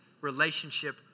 relationship